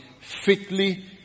fitly